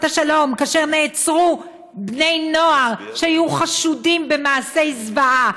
השלום כאשר נעצרו בני נוער שהיו חשודים במעשי זוועה.